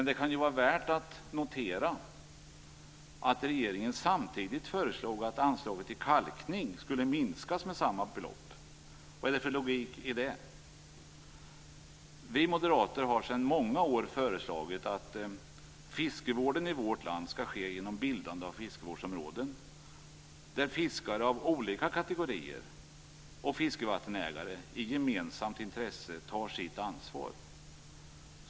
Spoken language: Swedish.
Det kan dock vara värt att notera att regeringen samtidigt föreslagit att anslaget till kalkning skall minskas med samma belopp. Vad är det för logik i detta? Vi moderater har i många år föreslagit att fiskevård i vårt land skall ske genom bildande av fiskevårdsområden där fiskare av olika kategorier och fiskevattenägare i gemensamt intresse tar sitt ansvar.